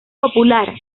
popular